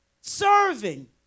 serving